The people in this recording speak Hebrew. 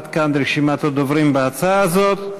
עד כאן רשימת הדוברים בהצעה הזאת.